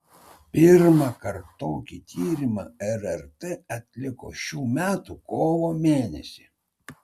pirmąkart tokį tyrimą rrt atliko šių metų kovo mėnesį